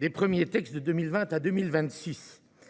des premiers textes de 2020 à 2026.